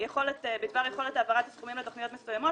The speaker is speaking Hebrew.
בדבר יכולת העברת הסכומים לתוכניות מסוימות.